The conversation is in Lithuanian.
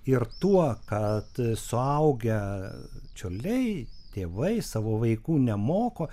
ir tuo kad suaugę čiurliai tėvai savo vaikų nemoko